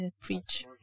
preach